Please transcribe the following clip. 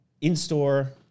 in-store